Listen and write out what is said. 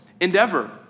endeavor